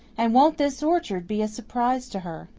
and won't this orchard be a surprise to her!